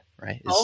right